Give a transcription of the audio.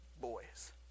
boys